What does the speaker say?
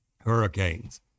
hurricanes